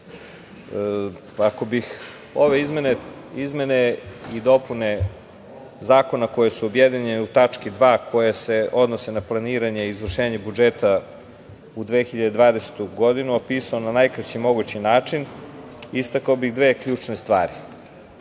ako bih ove izmene i dopune zakona koje su objedinjene u tački 2. koje se odnose na planiranje i izvršenje budžeta u 2022. godini opisao na najkraći mogući način, istakao bih dve ključne stvari. Prva